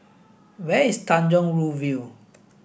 where is Tanjong Rhu View